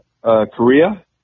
Korea